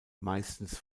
meistens